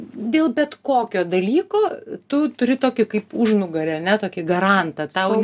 dėl bet kokio dalyko tu turi tokį kaip užnugarį ar ne tokį garantą tau